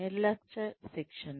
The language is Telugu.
నిర్లక్ష్య శిక్షణ